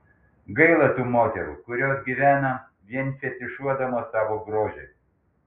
gaila tų moterų kurios gyvena vien fetišuodamos savo grožį